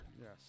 Yes